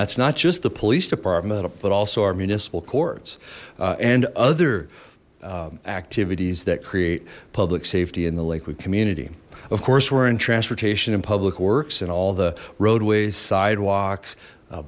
that's not just the police department but also our municipal courts and other activities that create public safety in the lakewood community of course we're in transportation and public works and all the roadways sidewalks